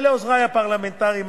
ולעוזרי הפרלמנטריים,